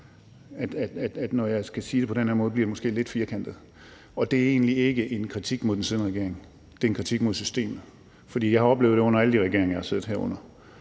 at når jeg skal sige det på den måde, bliver det måske lidt firkantet, og det er egentlig ikke en kritik mod den siddende regering; det er en kritik mod systemet. For jeg har under alle de regeringer, hvor jeg har siddet herinde,